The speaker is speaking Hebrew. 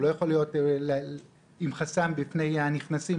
הוא לא יכול להיות עם חסם בפני הנכנסים.